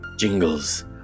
jingles